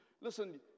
listen